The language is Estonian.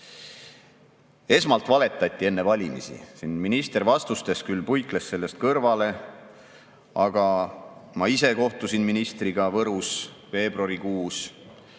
Esmalt valetati enne valimisi. Siin minister vastustes küll puikles sellest kõrvale, aga ma ise kohtusin ministriga Võrus veebruarikuus,